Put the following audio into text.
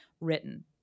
written